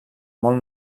molt